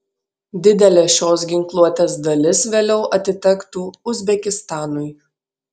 didelė šios ginkluotės dalis vėliau atitektų uzbekistanui